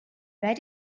where